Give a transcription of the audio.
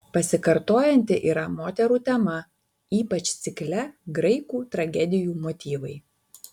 pasikartojanti yra moterų tema ypač cikle graikų tragedijų motyvai